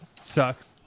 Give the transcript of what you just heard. Sucks